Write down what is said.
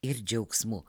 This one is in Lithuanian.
ir džiaugsmu